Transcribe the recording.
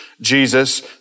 Jesus